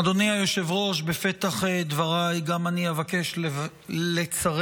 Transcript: אדוני היושב-ראש, בפתח דבריי גם אני אבקש לצרף